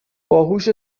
باهوشو